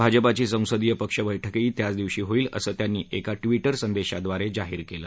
भाजपाची संसदीय पक्ष बैठकही त्याच दिवशी होईल असं त्यांनी एका ट्विटर संदेशाब्रारे जाहीर केलं